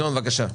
שני דברים.